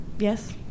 Yes